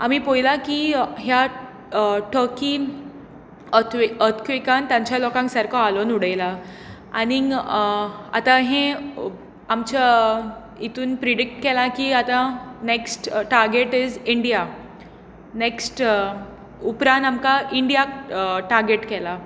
आमी पळयलां की ह्या ठर्की अत अतक्वेकान तांच्या लोकांक सारको हालोवन उडयला आनी आतां हें आमच्या हितून प्रिडिक्ट केलां की आतां next target is India next उपरान आमकां इंडियाक टागेट केलां